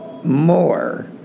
more